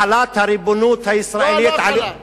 החלת הריבונות הישראלית, לא, לא החלה.